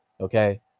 Okay